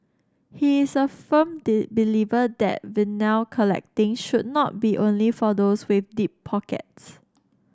he is a firm believer that collecting should not be only for those with deep pockets